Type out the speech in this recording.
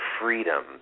freedom